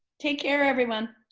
take care everyone.